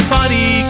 Funny